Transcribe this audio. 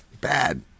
bad